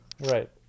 Right